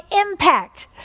impact